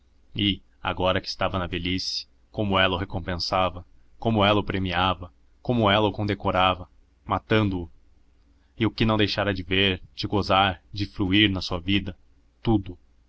e agora que estava na velhice como ela o recompensava como ela o premiava como ela o condecorava matando o e o que não deixara de ver de gozar de fruir na sua vida tudo